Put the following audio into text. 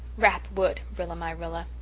rap wood, rilla-my-rilla.